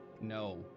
no